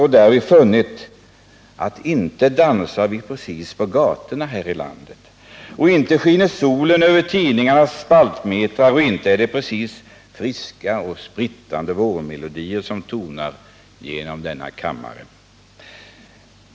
Den har därvid funnit att inte dansar vi precis på gatorna här i landet och inte skiner solen över tidningarnas spaltmetrar, och inte är det precis friska och sprittande vårmelodier som tonar genom denna kammare.